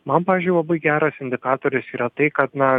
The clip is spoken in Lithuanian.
man pavyzdžiui labai geras indikatorius yra tai kad na